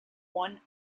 one